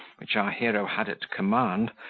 which our hero had at command,